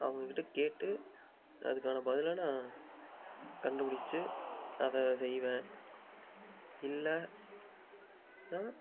அவங்க கிட்ட கேட்டு அதுக்கான பதிலை நான் கண்டுபுடித்து அதை செய்வேன் இல்லை னா